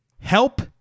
help –